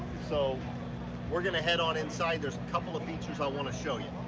so we're going to head on inside. there's a couple of features i want to show you.